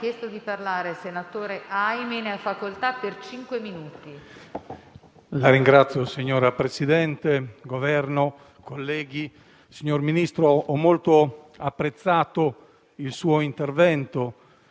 *(FIBP-UDC)*. Signor Presidente, Governo, colleghi, signor Ministro, ho molto apprezzato il suo intervento,